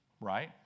Right